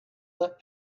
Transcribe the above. that